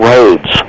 Roads